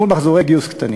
מול מחזורי גיוס קטנים.